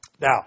Now